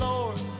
Lord